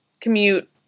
commute